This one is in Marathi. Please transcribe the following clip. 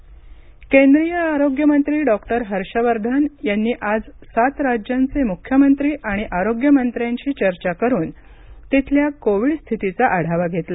हर्ष वर्धन केंद्रीय आरोग्य मंत्री डॉक्टर हर्ष वर्धन यांनी आज सात राज्यांचे मुख्यमंत्री आणि आरोग्यमंत्र्यांशी चर्चा करुन तिथल्या कोविड स्थितीचा आढावा घेतला